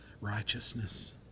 righteousness